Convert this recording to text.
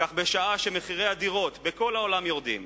כך, בשעה שמחירי הדירות בכל העולם יורדים,